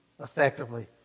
effectively